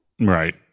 Right